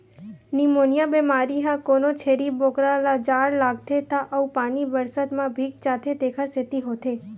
pneumonia बेमारी ह कोनो छेरी बोकरा ल जाड़ लागथे त अउ पानी बरसात म भीग जाथे तेखर सेती होथे